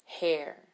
hair